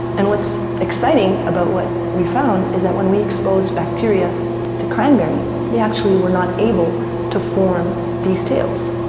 and what's exciting about what we found is that when we exposed bacteria to cranberry they actually were not able to form these tails,